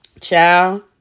Ciao